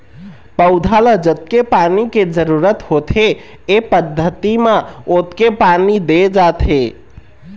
पउधा ल जतके पानी के जरूरत होथे ए पद्यति म ओतके पानी दे जाथे